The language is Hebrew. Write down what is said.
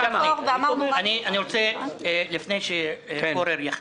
לפני שפורר יחליט,